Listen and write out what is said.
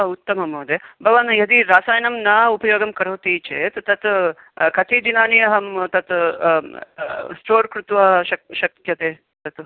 उत्तमं महोदय भवान् यदि रासायनं न उपयोगं करोति चेत् तत् कति दिनानि अहं तत् स्टोर् कृत्वा शक्तुं शक्यते तत्